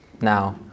Now